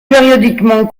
périodiquement